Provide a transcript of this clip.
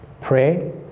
pray